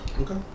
Okay